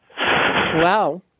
Wow